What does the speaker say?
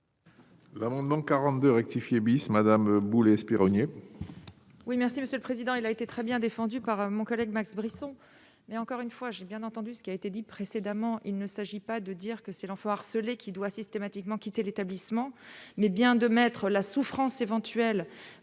L'amendement 42 rectifié bis Madame Boulay-Espéronnier.